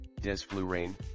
desflurane